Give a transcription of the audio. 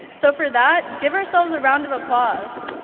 so for that give ourselves a round of applause.